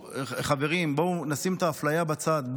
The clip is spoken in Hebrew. חברים: בואו נשים את האפליה בצד,